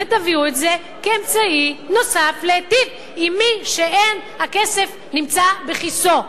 ותביאו את זה כאמצעי נוסף להיטיב עם מי שאין הכסף נמצא בכיסו.